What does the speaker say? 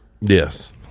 Yes